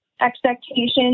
expectations